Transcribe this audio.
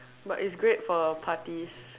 but it's great for parties